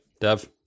Dev